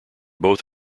both